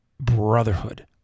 brotherhood